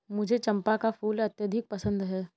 मुझे चंपा का फूल अत्यधिक पसंद है